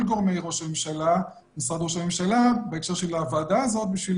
גורמי משרד ראש הממשלה בהקשר של הוועדה הזאת בשביל